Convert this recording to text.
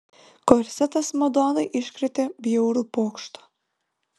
korsetas madonai iškrėtė bjaurų pokštą